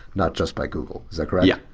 not just by google. is that correct? yeah,